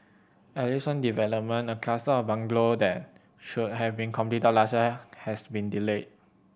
at least one development a cluster of bungalow that should have been completed last year has been delayed